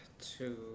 two